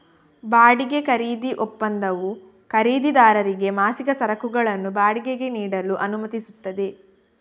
ಬಾಡಿಗೆ ಖರೀದಿ ಒಪ್ಪಂದವು ಖರೀದಿದಾರರಿಗೆ ಮಾಸಿಕ ಸರಕುಗಳನ್ನು ಬಾಡಿಗೆಗೆ ನೀಡಲು ಅನುಮತಿಸುತ್ತದೆ